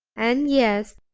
and yezd,